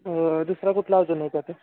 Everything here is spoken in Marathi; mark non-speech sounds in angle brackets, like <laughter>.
दुसरा कुठला अजून <unintelligible>